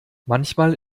manchmal